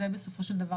זה בסופו של דבר,